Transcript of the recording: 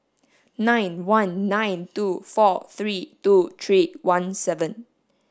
nine one nine two four three two three one seven